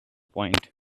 point